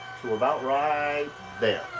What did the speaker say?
to about right there.